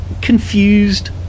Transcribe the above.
confused